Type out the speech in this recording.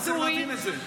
ואטורי,